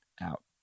out